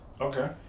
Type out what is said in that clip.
Okay